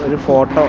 and for